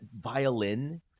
violin